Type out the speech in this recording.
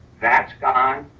that's gone,